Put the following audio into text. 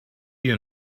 you